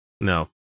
No